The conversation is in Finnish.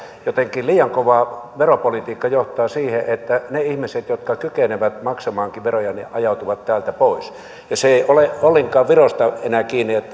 jotenkin liian kova veropolitiikka johtaa siihen että ne ihmiset jotka kykenevät maksamaan veroja ajautuvat täältä pois se ei ole ollenkaan virosta enää kiinni